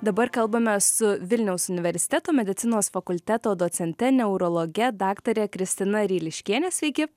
dabar kalbame su vilniaus universiteto medicinos fakulteto docente neurologe daktare kristina ryliškiene sveiki